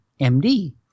MD